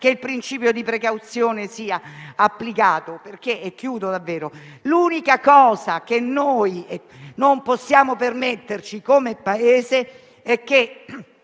che il principio di precauzione sia applicato, perché l'unica cosa che non possiamo permetterci come Paese è che,